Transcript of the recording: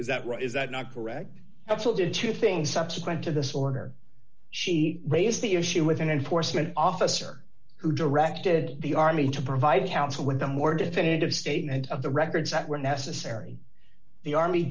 right is that not correct helpful to two things subsequent to this order she raised the issue with an enforcement officer who directed the army to provide counsel with a more definitive statement of the records that were necessary the army